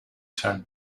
turned